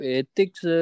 ethics